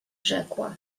rzekła